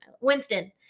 Winston